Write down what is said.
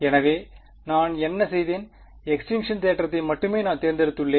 எனவே நான் என்ன செய்தேன் எக்ஸ்டிங்க்ஷன் தேற்றத்தை மட்டுமே நான் தேர்ந்தெடுத்துள்ளேன்